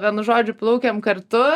vienu žodži plaukiam kartu